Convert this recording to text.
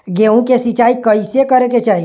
गेहूँ के सिंचाई कइसे करे के चाही?